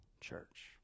church